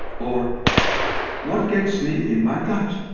or what gets me in my gut?